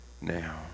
now